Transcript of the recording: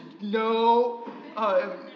no